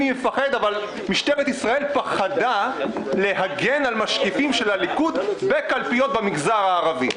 משטרת ישראל פחדה להגן על משקיפים של הליכוד בקלפיות במגזר הערבי.